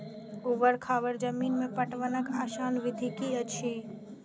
ऊवर खावर जमीन में पटवनक आसान विधि की अछि?